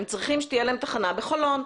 הם צריכים שתהיה להם תחנה בחולון.